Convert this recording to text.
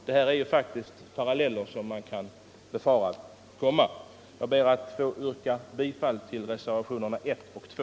Det är faktiskt paralleller som man kan befara kommer. Jag ber att få yrka bifall till reservationerna 1 och 2.